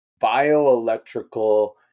bioelectrical